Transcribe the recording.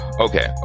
Okay